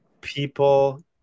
people